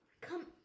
Come